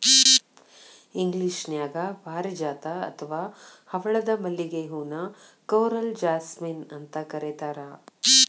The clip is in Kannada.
ಇಂಗ್ಲೇಷನ್ಯಾಗ ಪಾರಿಜಾತ ಅತ್ವಾ ಹವಳದ ಮಲ್ಲಿಗೆ ಹೂ ನ ಕೋರಲ್ ಜಾಸ್ಮಿನ್ ಅಂತ ಕರೇತಾರ